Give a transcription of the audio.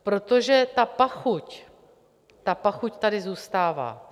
Protože ta pachuť, ta pachuť tady zůstává.